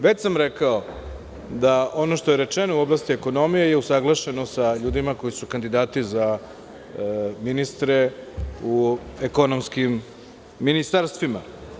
Već sam rekao da ono što je rečeno u oblasti ekonomije je usaglašeno sa ljudima koji su kandidati za ministre u ekonomskim ministarstvima.